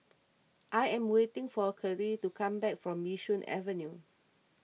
I am waiting for Kerrie to come back from Yishun Avenue